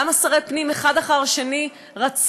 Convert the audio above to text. למה שרי פנים אחד אחר השני רצים,